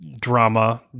drama